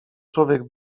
człowiek